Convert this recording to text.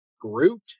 Groot